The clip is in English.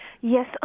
Yes